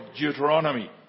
Deuteronomy